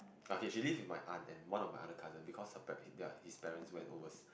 okay she live with my aunt and one of my other cousin because her par~ ya his parents went overseas